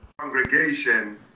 Congregation